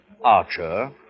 Archer